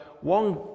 one